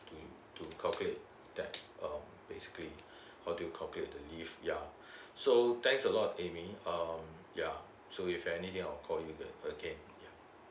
to to calculate that um basically how to calculate the leave yeah so thanks a lot amy um yeah so if anything I'll call you again yeah